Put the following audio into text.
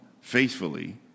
faithfully